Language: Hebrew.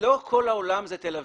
לא כל העולם זה תל אביב.